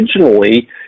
originally